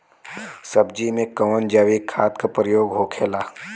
सब्जी में कवन जैविक खाद का प्रयोग होखेला?